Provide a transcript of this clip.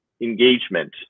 engagement